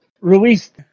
released